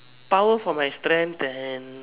power for my strength and